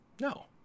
No